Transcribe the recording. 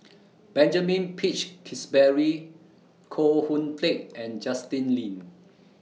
Benjamin Peach Keasberry Koh Hoon Teck and Justin Lean